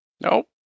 Nope